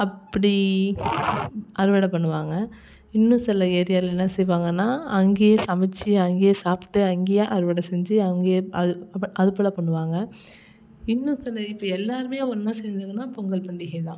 அப்படி அறுவடை பண்ணுவாங்க இன்னும் சில ஏரியாவிலலாம் என்ன செய்வாங்கன்னால் அங்கேயே சமைத்து அங்கேயே சாப்பிட்டு அங்கேயே அறுவடை செஞ்சு அங்கேயே அது அதுப்போல பண்ணுவாங்க இன்னும் சில இப்போ எல்லோருமே ஒன்றா சேர்ந்ததுன்னா பொங்கல் பண்டிகைதான்